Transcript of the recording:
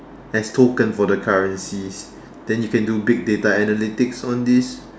as token for the currencies then you can do big data analytics on these